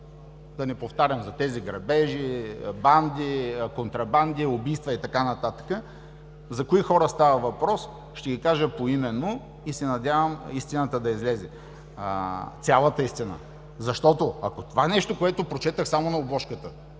да не повтарям, за тези грабежи, банди, контрабанди, убийства и т.н., за кои хора става въпрос. Ще ги кажа поименно и се надявам истината да излезе. Цялата истина. Ако това нещо, което прочетох само на обложката,